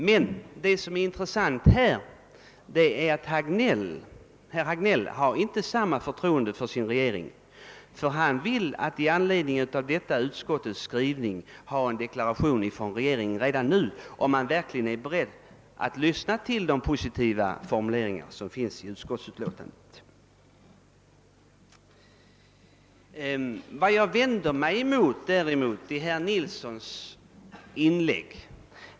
Men det som är intressant är att herr Hagnell inte har samma förtroende för sin regering; han vill nämligen med anledning av utskottets skrivning redan nu ha en deklaration från regeringen om att man verkligen är beredd att lyssna till utskottsutlåtandets positiva formuleringar.